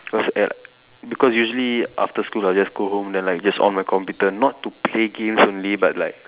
cause err because usually after school I'll just go home then like just on my computer not to play games only but like